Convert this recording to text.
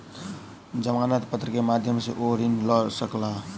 जमानत पत्र के माध्यम सॅ ओ ऋण लय सकला